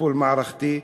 טיפול מערכתי,